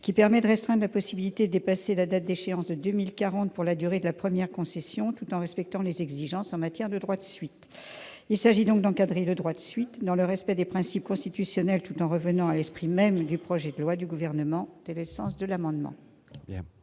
permettant de restreindre la possibilité de dépasser l'échéance de 2040 pour la durée de la première concession tout en respectant les exigences prévues en matière de droit de suite. Il s'agit donc d'encadrer le droit de suite dans le respect des principes constitutionnels tout en revenant à l'esprit même du projet de loi. Quel est l'avis de la